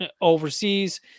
overseas